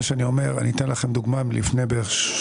מה שאני אומר, אני אתן לכם דוגמה מלפני שבועיים.